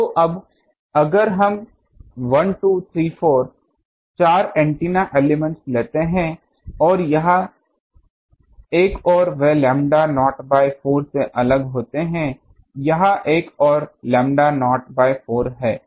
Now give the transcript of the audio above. तो अब अगर हम 1 2 3 4 चार एंटिना एलिमेंट लेते हैं यह एक और वे लैम्ब्डा नॉट बाय 4 से अलग होते हैं यह एक और लैम्ब्डा नॉट बाय 4 है